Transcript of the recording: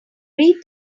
read